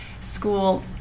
school